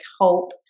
hope